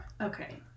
Okay